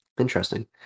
Interesting